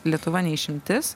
lietuva ne išimtis